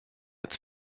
its